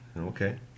okay